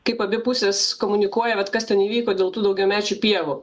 kaip abi pusės komunikuoja vat kas ten įvyko dėl tų daugiamečių pievų